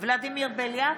ולדימיר בליאק,